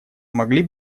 могли